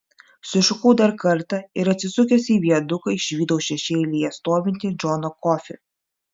sušukau dar kartą ir atsisukęs į viaduką išvydau šešėlyje stovintį džoną kofį